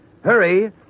Hurry